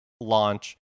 launch